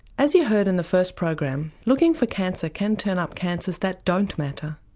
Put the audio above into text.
as you heard in the first program, looking for cancer can turn up cancers that don't matter.